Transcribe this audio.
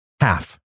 half